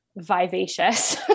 vivacious